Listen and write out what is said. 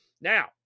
Now